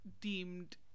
deemed